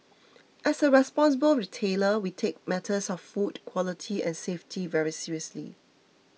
as a responsible retailer we take matters of food quality and safety very seriously